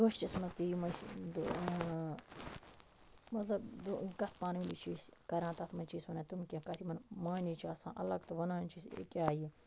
کٲشرِس منٛز تہِ یِم أسۍ مطلب کتھٕ پانوٲنی چھِ أسۍ کَران تتھ منٛز چھِ أسۍ وَنان تِم کیٚنٛہہ کَتھٕ یِمن معنی چھُ آسان تہٕ وَنان چھِس اَے آے یہِ